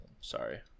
Sorry